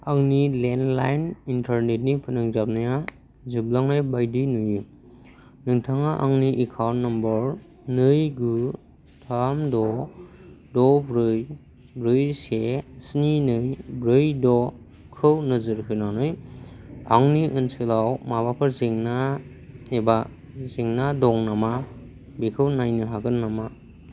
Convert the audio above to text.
आंनि landline internet नि फोनांजाबनाया जोबलांनाय बायदि नुयो नोंथाङा आंनि एकाउन्ट नम्बर नै गु थाम द' द' ब्रै ब्रै से स्नि नै ब्रै द'खौ नोजोर होनानै आंनि ओनसोलाव माबाफोर जेंना एबा जेंना दं नामा बेखौ नायनो हागोन नामा